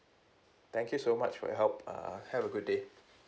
thank you so much for your help uh have a good day